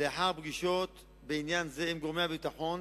לאחר פגישות בעניין זה עם גורמי הביטחון,